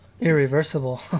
irreversible